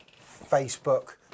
Facebook